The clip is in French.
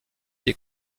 des